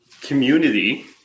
Community